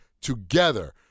together